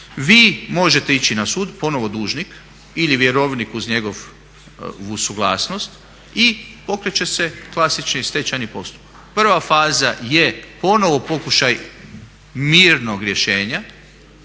Vi možete ići na sud, ponovo dužnik ili vjerovnik uz njegovu suglasnost i pokreće se klasični stečajni postupak. Prva faza je ponovo pokušaj mirnog rješenja,